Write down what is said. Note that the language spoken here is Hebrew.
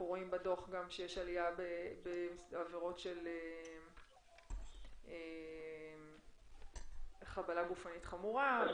אנחנו רואים בדוח גם שיש עלייה בעבירות של חבלה גופנית חמורה.